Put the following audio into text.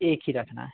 एक ही रखना है